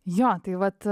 jo tai vat